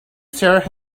sure